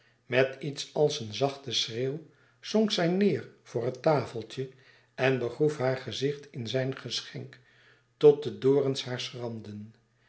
met iets als een zachten schreeuw zonk zij neêr voor het tafeltje en begroef haar gezicht in zijn geschenk tot de dorens haar